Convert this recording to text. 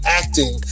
acting